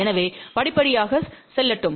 எனவே படிப்படியாக செல்லட்டும்